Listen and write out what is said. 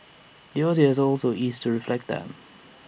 the Aussie has also eased to reflect that